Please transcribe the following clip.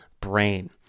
brain